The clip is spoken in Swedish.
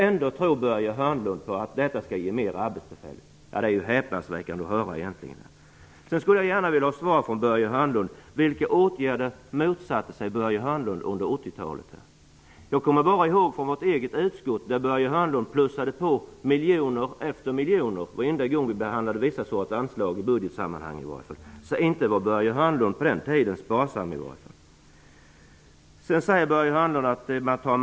Ändå tror Börje Hörnlund att detta skall ge fler arbetstillfällen. Det är häpnadsväckande att höra. Jag skulle också vilja ha svar från Börje Hörnlund på frågan: Vilka åtgärder motsatte sig Börje Hörnlund under 80-talet? Jag kommer ihåg att Börje Hörnlund i vårt eget utskott plussade på miljoner efter miljoner varenda gång vi behandlade vissa sorters anslag i budgetsammanhang. Så inte var Börje Hörnlund sparsam på den tiden. Börje Hörnlund säger att man tar marknadsandelar.